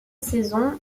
saison